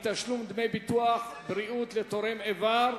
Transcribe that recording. מתשלום דמי ביטוח בריאות לתורם אבר),